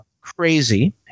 crazy